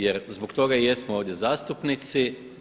Jer zbog toga i jesmo ovdje zastupnici.